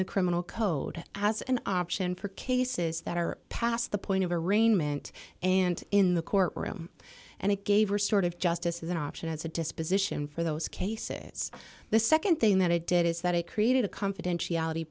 the criminal code as an option for cases that are past the point of arraignment and in the court room and it gave restorative justice as an option as a disposition for those cases the nd thing that it did is that it created a confidentiality